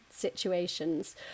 situations